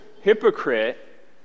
hypocrite